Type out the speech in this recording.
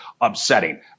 upsetting